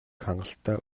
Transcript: хангалттай